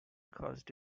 caused